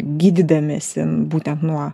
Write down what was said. gydydamiesi būtent nuo